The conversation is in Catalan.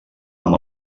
amb